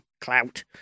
clout